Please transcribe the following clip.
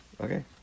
Okay